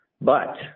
But-